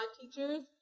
teachers